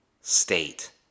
state